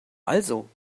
also